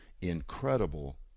incredible